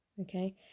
okay